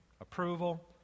approval